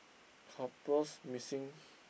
couples missing